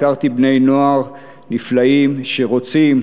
הכרתי בני-נוער נפלאים שרוצים,